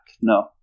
No